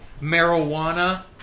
Marijuana